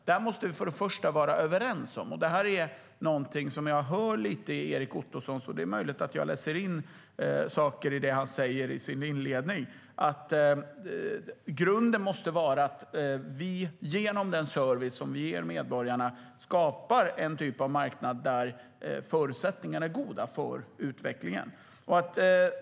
Där måste vi för det första vara överens om, och det är möjligt att jag läser in saker i det som Erik Ottoson säger i sitt inlägg, att grunden måste vara att vi genom den service som vi ger medborgarna skapar en typ av marknad där förutsättningarna är goda för utvecklingen.